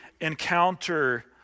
encounter